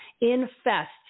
infest